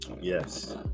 Yes